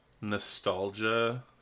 nostalgia